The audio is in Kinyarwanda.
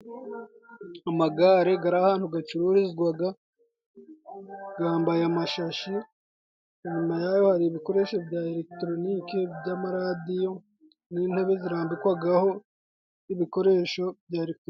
Amagare ari ahantu acururizwa. Yambaye amashashi. Inyuma yaho hari ibikoresho bya elegitoronike, by'amaradiyo n'intebe zirambikwaho ibikoresho bya elegitoronike.